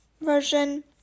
version